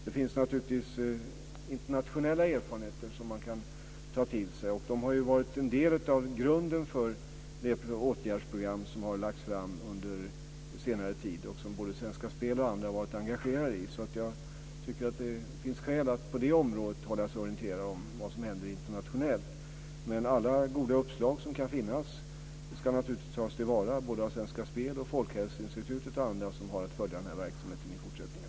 Det finns internationella erfarenheter som man kan ta till sig. De har varit en del av grunden för det åtgärdsprogram som har lagts fram under senare tid och som Svenska Spel och andra har varit engagerade i. Jag tycker att det finns skäl att på det området hålla sig orienterad om vad som händer internationellt. Alla goda uppslag som kan finnas ska naturligtvis tas till vara av Svenska Spel, Folkhälsoinstitutet och andra som har att följa verksamheten i fortsättningen.